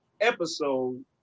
episode